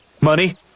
Money